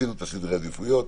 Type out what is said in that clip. עשינו את סדרי העדיפויות,